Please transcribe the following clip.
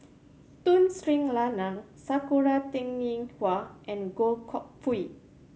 Tun Sri Lanang Sakura Teng Ying Hua and Goh Koh Pui